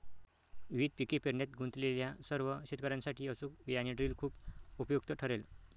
विविध पिके पेरण्यात गुंतलेल्या सर्व शेतकर्यांसाठी अचूक बियाणे ड्रिल खूप उपयुक्त ठरेल